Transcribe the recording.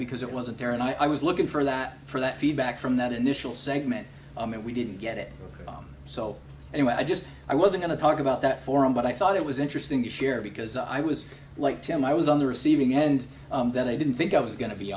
because it wasn't there and i was looking for that for that feedback from that initial segment and we didn't get it bomb so and i just i was going to talk about that for him but i thought it was interesting to share because i was like him i was on the receiving end that i didn't think i was going to be